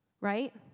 Right